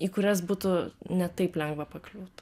į kurias būtų ne taip lengva pakliūt